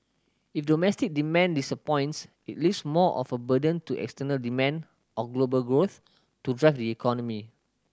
if domestic demand disappoints it leaves more of a burden to external demand or global growth to drive the economy